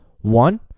one